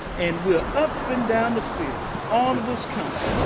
and we're up and down the field. on wisconsin,